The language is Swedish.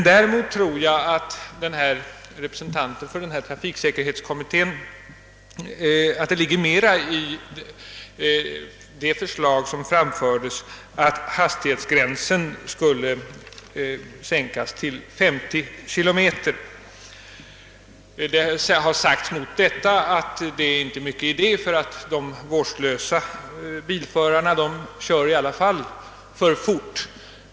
Däremot tror jag att det ligger mera i förslaget att hastighetsgränsen skall sänkas till 50 km. Mot detta förslag har anförts att de vårdslösa bilförarna i alla fall kör för fort.